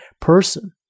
person